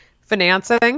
financing